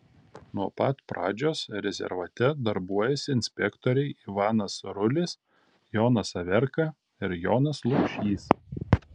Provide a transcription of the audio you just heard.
nuo pat pradžios rezervate darbuojasi inspektoriai ivanas rulis jonas averka ir jonas lukšys